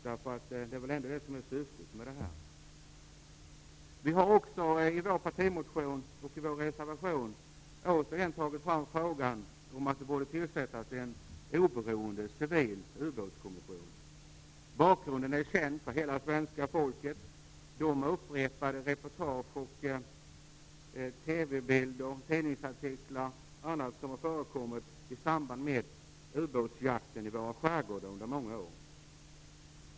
Det är väl ändå det som är syftet. Vi har i vår partimotion och i vår reservation återigen hävdat att det borde tillsättas en oberoende civil ubåtskommission. Bakgrunden är känd för hela svenska folket: de upprepade reportage, TV-bilder och tidningsartiklar som har förekommit i samband med ubåtsjakten i våra skärgårdar under många år.